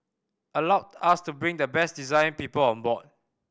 allowed us to bring the best design people on board